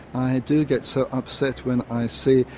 i do get so upset when i see,